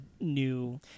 new